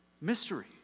mystery